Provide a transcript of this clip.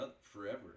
forever